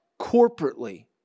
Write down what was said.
corporately